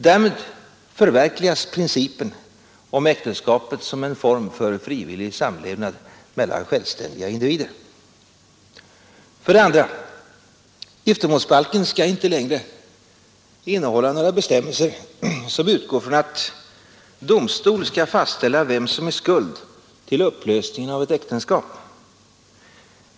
Därmed förverkligas principen om äktenskapet som en form för frivillig samlevnad mellan självständiga individer. För det andra: Giftermålsbalken skall inte längre innehålla några bestämmelser som utgår från att domstol skall fastställa vem som är skuld till upplösningen av ett äktenskap.